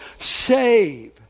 Save